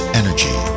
energy